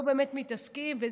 לא באמת מתעסקים בהם,